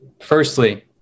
firstly